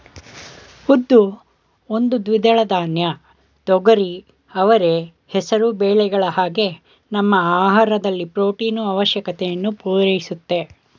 ಉದ್ದು ಒಂದು ದ್ವಿದಳ ಧಾನ್ಯ ತೊಗರಿ ಅವರೆ ಹೆಸರು ಬೇಳೆಗಳ ಹಾಗೆ ನಮ್ಮ ಆಹಾರದಲ್ಲಿ ಪ್ರೊಟೀನು ಆವಶ್ಯಕತೆಯನ್ನು ಪೂರೈಸುತ್ತೆ